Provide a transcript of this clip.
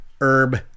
Herb